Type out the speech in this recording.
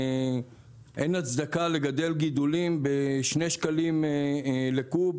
אין הצדקה לגדל גידולים בשני שקלים לקוב,